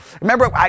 remember